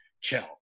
Chell